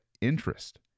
interest